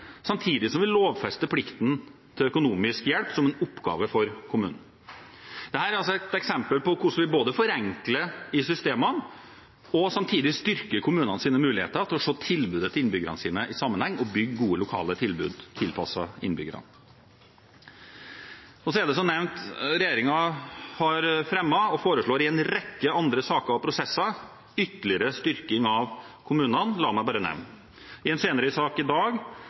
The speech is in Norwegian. samtidig som vi lovfester plikten til økonomisk hjelp som en oppgave for kommunen. Dette er altså et eksempel på hvordan vi både forenkler i systemene og samtidig styrker kommunenes muligheter til å se tilbudet til innbyggerne sine i sammenheng og bygge gode lokale tilbud tilpasset innbyggerne. Så er det også nevnt at regjeringen har fremmet – og foreslår i en rekke andre saker og prosesser – ytterligere styrking av kommunene. La meg bare nevne: I en sak senere i dag